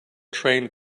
trained